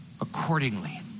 Accordingly